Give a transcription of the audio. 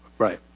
right.